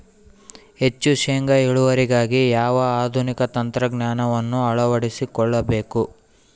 ಹೆಚ್ಚು ಶೇಂಗಾ ಇಳುವರಿಗಾಗಿ ಯಾವ ಆಧುನಿಕ ತಂತ್ರಜ್ಞಾನವನ್ನು ಅಳವಡಿಸಿಕೊಳ್ಳಬೇಕು?